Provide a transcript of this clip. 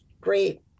great